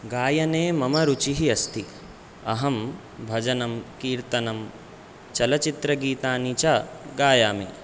गायने मम रुचिः अस्ति अहं भजनं कीर्तनं चलचित्रगीतानि च गायामि